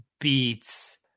beats